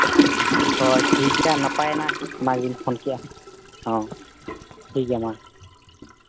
ᱦᱳᱭ ᱴᱷᱤᱠ ᱜᱮᱭᱟ ᱱᱟᱯᱟᱭᱮᱱᱟ ᱚᱱᱟᱜᱮᱞᱤᱧ ᱯᱷᱳᱱ ᱠᱮᱜᱼᱟ ᱦᱚᱸ ᱴᱷᱤᱠ ᱜᱮᱭᱟ ᱢᱟ